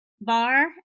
bar